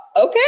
okay